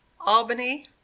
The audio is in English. Albany